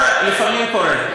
לפעמים זה קורה.